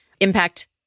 impact